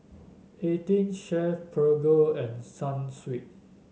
Eighteen Chef Prego and Sunsweet